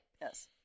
yes